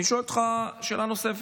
אני שואל אותך שאלה נוספת: